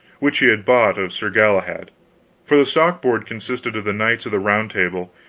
which he had bought of sir galahad for the stock-board consisted of the knights of the round table,